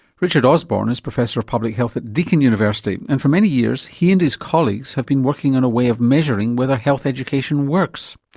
richard osborne is professor of public health at deakin university and for many years, he and his colleagues have been working on a way of measuring whether health education works.